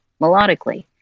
melodically